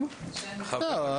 גם לי לא ענו, אז מה?